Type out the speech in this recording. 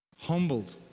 Humbled